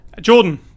Jordan